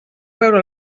veure